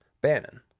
Bannon